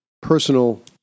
personal